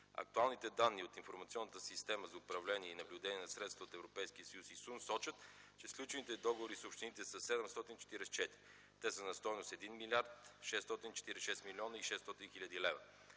Актуалните данни от Информационната система за управление и наблюдение на средства от Европейския съюз – ИСУН сочат, че сключените договори с общините са 744. Те са на стойност 1 млрд. 646 млн. 600 хил. лв.